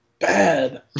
bad